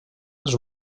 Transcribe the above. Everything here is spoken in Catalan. les